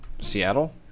seattle